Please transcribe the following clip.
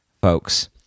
folks